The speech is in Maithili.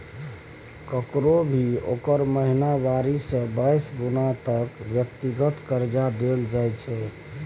ककरो भी ओकर महिनावारी से बाइस गुना तक के व्यक्तिगत कर्जा देल जाइत छै